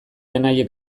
anaiek